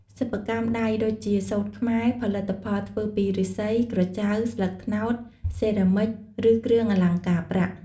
សិប្បកម្មដៃដូចជា សូត្រខ្មែរ ផលិតផលធ្វើពីឫស្សី ក្រចៅ ស្លឹកត្នោត សេរ៉ាមិច ឬ គ្រឿងអលង្ការប្រាក់។